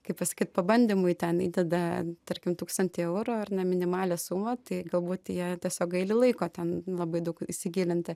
kaip pasakyt pabandymui ten įdeda tarkim tūkstantį eurų ar ne minimalią sumą tai galbūt jie tiesiog gaili laiko ten labai daug įsigilinti